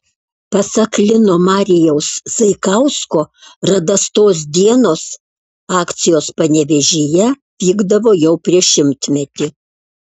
pasak lino marijaus zaikausko radastos dienos akcijos panevėžyje vykdavo jau prieš šimtmetį